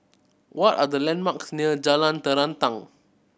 what are the landmarks near Jalan Terentang